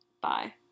Bye